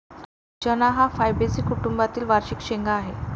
चणा हा फैबेसी कुटुंबातील वार्षिक शेंगा आहे